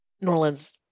Norland's